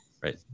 Right